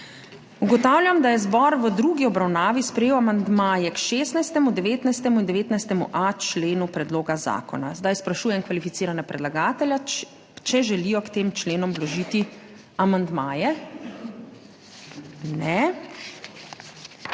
Ugotavljam, da je zbor v drugi obravnavi sprejel amandmaje k 16., 19. in 19.a členu predloga zakona. Zdaj sprašujem kvalificirane predlagatelje, če želijo k tem členom vložiti amandmaje.